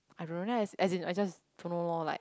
I don't know then as as in I just don't know loh like